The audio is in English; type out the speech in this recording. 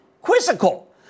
Quizzical